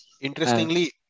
Interestingly